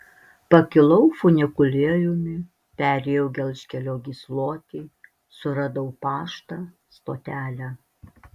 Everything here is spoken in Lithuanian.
pakilau funikulieriumi perėjau gelžkelio gyslotį suradau paštą stotelę